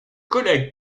collègue